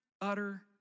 utter